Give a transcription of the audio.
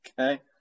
Okay